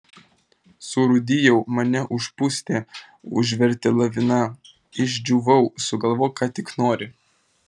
surūdijau mane užpustė užvertė lavina išdžiūvau sugalvok ką tik nori